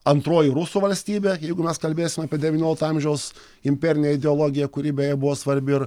antroji rusų valstybė jeigu mes kalbėsim apie devyniolikto amžiaus imperinę ideologiją kuri beje buvo svarbi ir